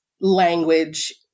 language